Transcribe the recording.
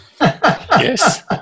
Yes